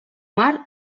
mar